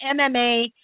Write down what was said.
MMA